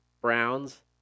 Browns